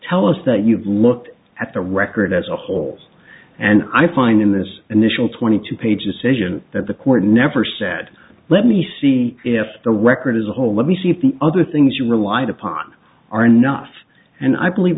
tell us that you've looked at the record as a holes and i find in this initial twenty two pages cision that the court never said let me see if the record as a whole let me see if the other things you relied upon are enough and i believe